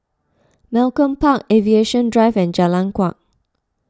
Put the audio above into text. Malcolm Park Aviation Drive and Jalan Kuak